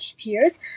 peers